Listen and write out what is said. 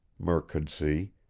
murk could see,